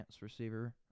receiver